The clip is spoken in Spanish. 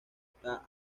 está